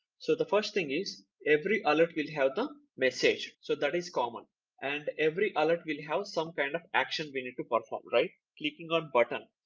so the first thing is every alert will have the message. so that is common and every alert will have some kind of action we need to perform like clicking on button.